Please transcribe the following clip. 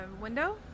window